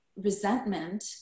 resentment